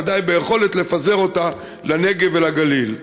ודאי ביכולת לפזר אותה לנגב ולגליל.